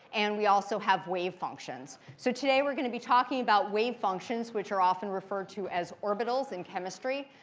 and we also have wave functions. so today we're going to be talking about wave functions, which are often referred to as orbitals in chemistry,